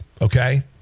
okay